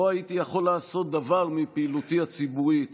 לא הייתי יכול לעשות דבר מפעילותי הציבורית